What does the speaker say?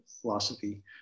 philosophy